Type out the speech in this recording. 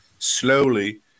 slowly